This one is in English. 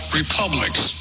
republics